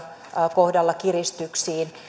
kohdalla kiristyksiin